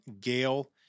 Gail